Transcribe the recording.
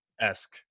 esque